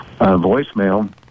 voicemail